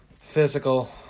physical